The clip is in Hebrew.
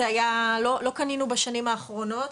לא קנינו בשנים האחרונות,